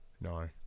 No